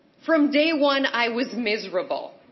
from day one, i was miserable,